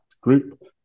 group